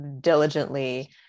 diligently